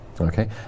Okay